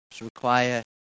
require